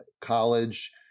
college